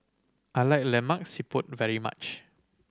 I like Lemak Siput very much